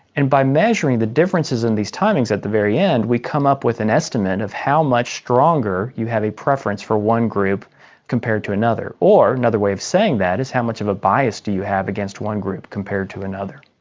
and by measuring the differences in these timings at the very end we come up with an estimate of how much stronger you have a preference for one group compared to another. or another way of saying that is how much of a bias do you have against one group compared to another.